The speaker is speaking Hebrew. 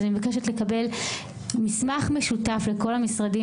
אז אני מבקשת לקבל מסמך משותף של כל המשרדים